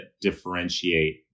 differentiate